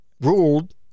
ruled